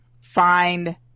find